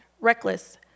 reckless